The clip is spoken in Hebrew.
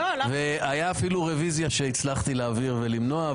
והייתה אפילו רביזיה שהצלחתי להעביר ולמנוע.